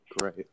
Great